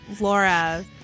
Laura